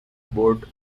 board